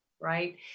right